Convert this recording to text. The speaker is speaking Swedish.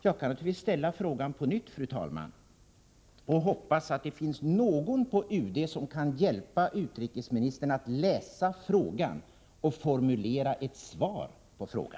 Jag kan naturligtvis, fru talman, framställa min fråga på nytt. Jag hoppas att det då finns någon på UD som kan hjälpa utrikesministern att läsa frågan och att formulera ett svar på denna.